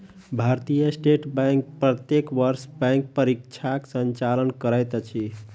भारतीय state bank प्रत्येक वर्ष बैंक परीक्षाक संचालन करैत अछि